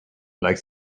like